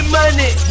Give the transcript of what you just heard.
money